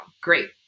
Great